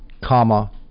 comma